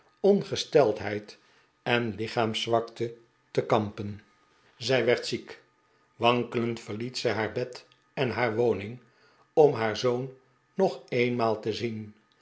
ongesteldheid en lichaamszwakte te kampen zij werd ziek wankelend verliet zij haar bed en haar woning om haar zoon nog eenmaal te zien